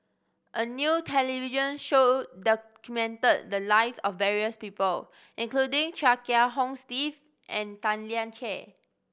a new television show documented the lives of various people including Chia Kiah Hong Steve and Tan Lian Chye